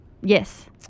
yes